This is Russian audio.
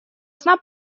сна